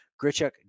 Grichuk